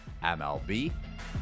MLB